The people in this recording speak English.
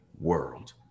world